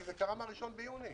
כי זה קרה מה-1 ביוני.